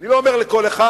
אני לא אומר: לכל אחד.